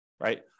right